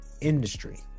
industry